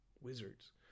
Wizards